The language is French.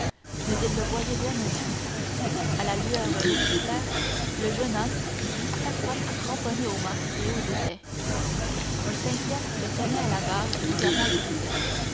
mais ils le voyaient bien eux-mêmes à la lueur d'un autre éclair le jeune homme vit quatre hommes cramponnés aux mâts et aux étais un cinquième se tenait à la barre du gouvernail brisé